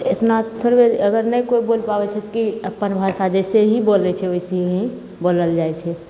एतना थोड़बे अगर नहि कोइ बोलि पाबै छै कि अपन भाषा जइसेहि बोलै छै ओइसहि बोलल जाइ छै